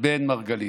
בן מרגלית.